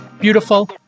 beautiful